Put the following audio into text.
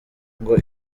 ngo